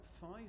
five